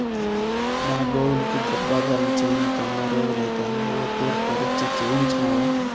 మన గోవులకి గర్భధారణ చేయించి తొంభై రోజులైతాంది ఓ తూరి పరీచ్ఛ చేయించినావా